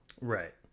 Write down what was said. Right